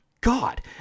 God